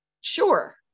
Sure